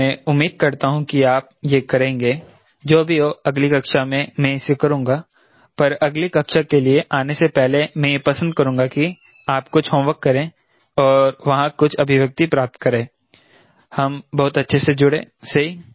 तो मैं उम्मीद करता हूं कि आप यह करेंगे जो भी हो अगली कक्षा में मैं इसे करूंगा पर अगली कक्षा के लिए आने से पहले मैं यह पसंद करूंगा कि आप कुछ होमवर्क करें और वहां कुछ अभिव्यक्ति प्राप्त करें हम बहुत अच्छे से जुड़े सही